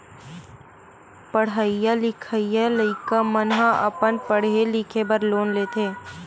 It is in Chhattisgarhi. पड़हइया लिखइया लइका मन ह अपन पड़हे लिखे बर लोन लेथे